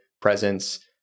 presence